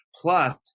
Plus